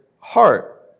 heart